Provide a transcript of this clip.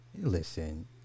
listen